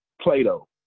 Plato